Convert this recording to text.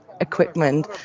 equipment